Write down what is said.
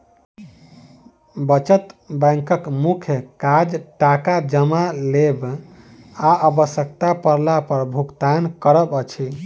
बचत बैंकक मुख्य काज टाका जमा लेब आ आवश्यता पड़ला पर भुगतान करब अछि